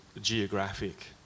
geographic